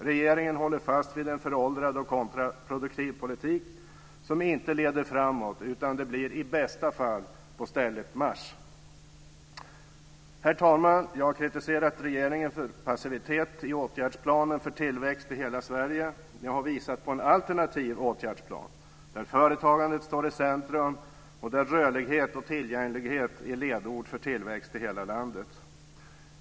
Regeringen håller fast vid en föråldrad och kontraproduktiv politik som inte leder framåt. Det blir i bästa fall på stället marsch. Herr talman! Jag har kritiserat regeringen för passivitet i åtgärdsplanen för tillväxt i hela Sverige. Jag har visat på en alternativ åtgärdsplan där företagandet står i centrum och där rörlighet och tillgänglighet är ledord för tillväxt i hela landet.